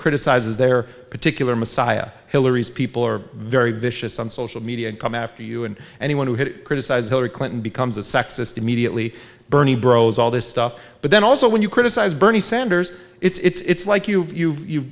criticizes their particular messiah hillary's people are very vicious on social media and come after you and anyone who criticize hillary clinton becomes a sexist immediately bernie bros all this stuff but then also when you criticize bernie sanders it's like you've you've